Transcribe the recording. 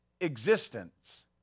existence